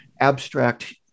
abstract